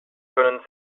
können